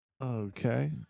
Okay